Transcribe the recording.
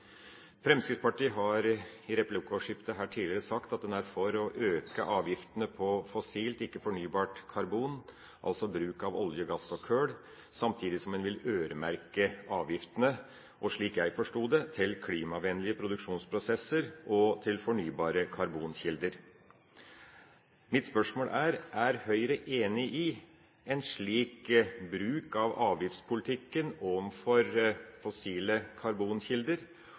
Fremskrittspartiet har i replikkordskiftet her tidligere sagt at en er for å øke avgiftene på fossilt ikke-fornybart karbon, altså bruk av olje, gass og kull, samtidig som en vil øremerke avgiftene – slik jeg forsto det – til klimavennlige produksjonsprosesser og fornybare karbonkilder. Mitt spørsmål er: Er Høyre enig i en slik bruk av avgiftspolitikken overfor fossile karbonkilder,